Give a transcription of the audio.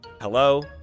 Hello